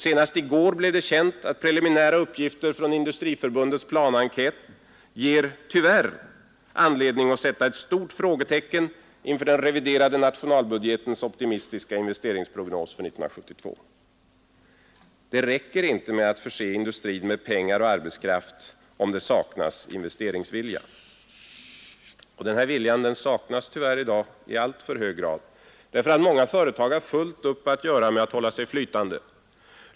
Senast i går blev det känt att preliminära uppgifter från Industriförbundets planenkät tyvärr ger anledning sätta ett stort frågetecken inför den reviderade nationalbudgetens optimistiska investeringsprognos för 1972. Det räcker inte med att förse industrin med pengar och arbetskraft om det saknas investeringsvilja. Och denna vilja saknas tyvärr i dag i alltför hög grad, därför att många företag har fullt upp att göra med att hålla sig flytande.